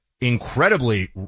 incredibly